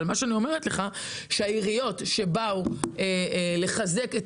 מה שאני אומרת לך הוא שהעיריות שבאו לחזק את